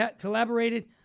collaborated